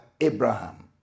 Abraham